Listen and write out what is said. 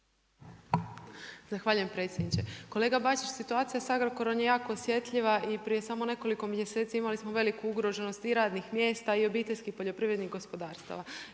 Zahvaljujem predsjedniče. Kolega Bačić, situacija sa Agrokorom je jako osjetljiva i prije samo nekoliko mjeseci imali smo veliku ugroženu i radnih mjesta i obiteljskih poljoprivrednih gospodarstava.